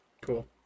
Cool